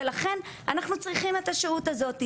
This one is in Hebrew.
ולכן אנחנו צריכים את השהות הזאת.